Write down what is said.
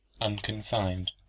unconfined